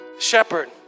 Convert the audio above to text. shepherd